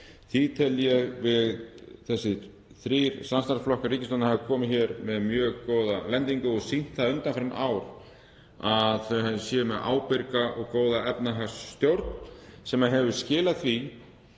Því tel ég að þessir þrír samstarfsflokkar í ríkisstjórn hafi komið hér með mjög góða lendingu og hafa sýnt það undanfarin ár að þeir eru með ábyrga og góða efnahagsstjórn sem hefur skilað því,